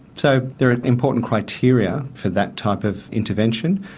so there are important criteria for that type of intervention.